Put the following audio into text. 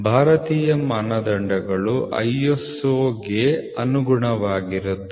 ಭಾರತೀಯ ಮಾನದಂಡಗಳು ISO ಗೆ ಅನುಗುಣವಾಗಿರುತ್ತವೆ